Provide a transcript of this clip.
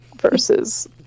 versus